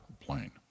plane